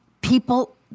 People